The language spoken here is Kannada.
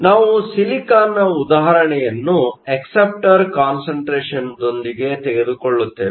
ನಾವು ಸಿಲಿಕಾನ್ನ ಉದಾಹರಣೆಯನ್ನು ಅಕ್ಸೆಪ್ಟರ್ ಕಾನ್ಸಂಟ್ರೇಷನ್Acceptor concentrationದೊಂದಿಗೆ ತೆಗೆದುಕೊಳ್ಳುತ್ತೇವೆ